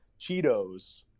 Cheetos